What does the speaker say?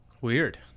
Weird